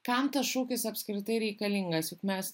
kam tas šūkis apskritai reikalingas juk mes